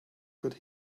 could